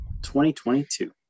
2022